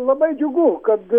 labai džiugu kad